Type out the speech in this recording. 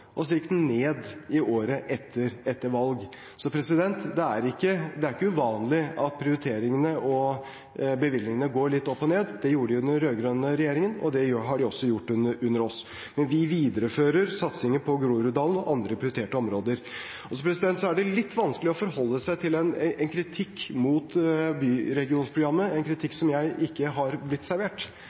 og så gikk den ned året etter – etter valget. Så det er ikke uvanlig at prioriteringene og bevilgningene går litt opp og ned. Det gjorde de under den rød-grønne regjeringen, og det har de også gjort under oss. Men vi viderefører satsingen på Groruddalen og andre prioriterte områder. Så er det litt vanskelig å forholde seg til en kritikk mot Byregionprogrammet – en kritikk som jeg ikke er blitt servert.